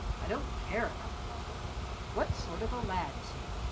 i don't care about the mother what sort of a lad is he?